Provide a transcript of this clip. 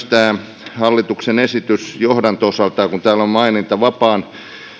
tämä hallituksen esitys on myös johdanto osaltaan hiukan ristiriitainen kun täällä on maininta että vapaan